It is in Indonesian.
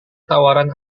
tawaran